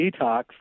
detox